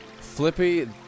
flippy